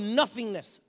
nothingness